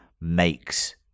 makes